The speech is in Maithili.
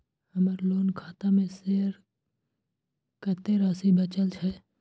हमर लोन खाता मे शेस कत्ते राशि बचल छै?